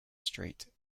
street